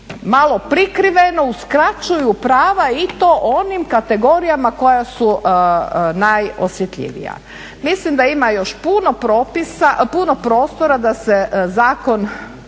malo prikriveno uskraćuju prava i to onim kategorijama koja su najosjetljivija. Mislim da ima još puno prostora da se zakon